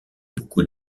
beaucoup